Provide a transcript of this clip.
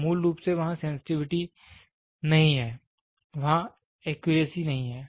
तो मूल रूप सेवहां सेंसटिविटी नहीं है वहां एक्यूरेसी नहीं है